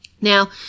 Now